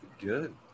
good